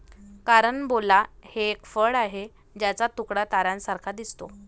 carambola हे एक फळ आहे ज्याचा तुकडा ताऱ्यांसारखा दिसतो